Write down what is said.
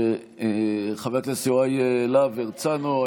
חבר הכנסת יוראי להב הרצנו,